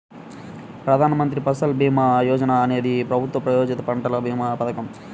ప్రధాన్ మంత్రి ఫసల్ భీమా యోజన అనేది ప్రభుత్వ ప్రాయోజిత పంటల భీమా పథకం